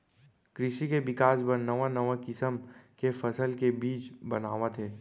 कृसि के बिकास बर नवा नवा किसम के फसल के बीज बनावत हें